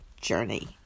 Journey